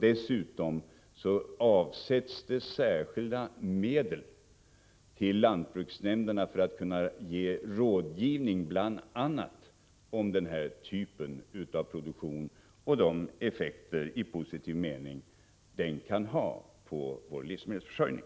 Dessutom avsätts det särskilda medel till lantbruksnämnderna för att de skall kunna ge råd om bl.a. denna typ av produktion och de effekter i positiv mening som den kan ha på vår livsmedelsförsörjning.